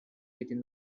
within